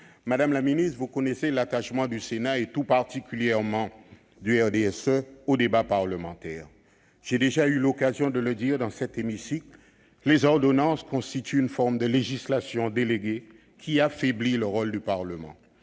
Madame la ministre, vous connaissez l'attachement du Sénat, et tout particulièrement du RDSE, au débat parlementaire ! J'ai déjà eu l'occasion de le dire dans cet hémicycle : les ordonnances constituent une forme de législation déléguée qui affaiblit le rôle du Parlement.